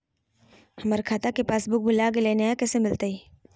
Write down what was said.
हमर खाता के पासबुक भुला गेलई, नया कैसे मिलतई?